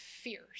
fierce